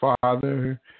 father